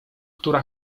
która